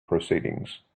proceedings